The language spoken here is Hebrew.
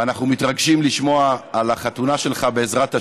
ואנחנו מתרגשים לשמוע על החתונה שלך, בעזרת השם,